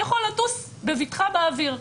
יכול לטוס בבטחה באוויר,